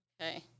Okay